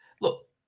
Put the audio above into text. Look